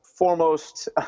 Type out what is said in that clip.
foremost